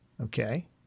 okay